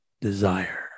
desire